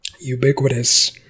ubiquitous